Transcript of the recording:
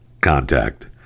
Contact